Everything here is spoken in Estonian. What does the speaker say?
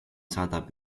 saadab